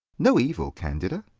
no evil, candida.